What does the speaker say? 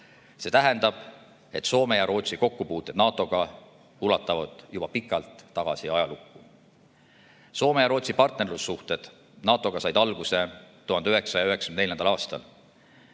See tähendab, et Soome ja Rootsi kokkupuuted NATO-ga ulatuvad juba pikalt tagasi ajalukku. Soome ja Rootsi partnerlussuhted NATO-ga said alguse 1994. aastal,